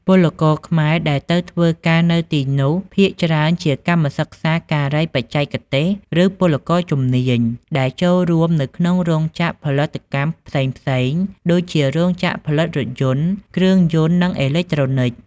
ពលករខ្មែរដែលទៅធ្វើការនៅទីនោះ ភាគច្រើនជា កម្មសិក្សាការីបច្ចេកទេស ឬពលករជំនាញ ដែលចូលរួមនៅក្នុងរោងចក្រផលិតកម្មផ្សេងៗ ដូចជារោងចក្រផលិតរថយន្ត គ្រឿងយន្ត ឬអេឡិចត្រូនិច ។